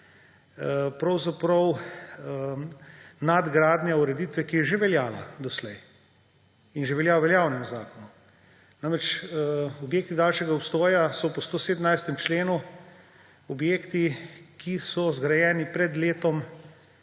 pravzaprav nadgradnja ureditve, ki je že veljala doslej in že velja v veljavnem zakonu. Objekti daljšega obstoja so po 117. členu objekti, ki so zgrajeni pred letom